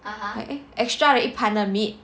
extra 一盘的 meat